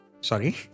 Sorry